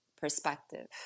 perspective